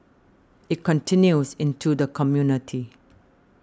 it continues into the community